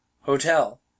Hotel